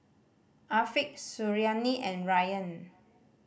Afiq Suriani and Ryan